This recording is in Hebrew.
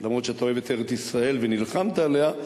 אף שאתה אוהב את ארץ-ישראל ונלחמת עליה.